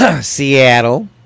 Seattle